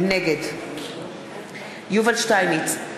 נגד יובל שטייניץ,